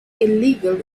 illegal